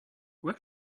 where